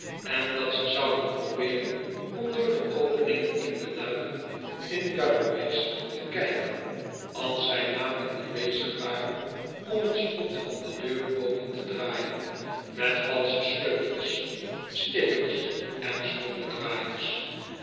en dat ze zouden probeeren om door de openingen in de luiken in garraway's te kijken als zij namelijk niet bezig waren om t slot van de deur open te draaien met valsche sleutels stekers en schroefdraaiers